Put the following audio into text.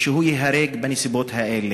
שהוא ייהרג בנסיבות האלה.